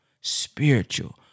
spiritual